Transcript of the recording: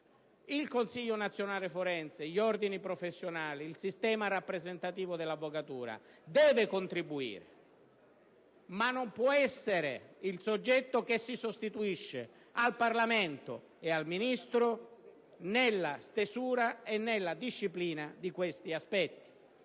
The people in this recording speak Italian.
del Consiglio nazionale forense. Quest'ultimo, insieme agli Ordini professionali e al sistema rappresentativo dell'avvocatura, deve contribuire, ma non può essere il soggetto che si sostituisce al Parlamento e al Ministro nella stesura e nella disciplina di questi aspetti.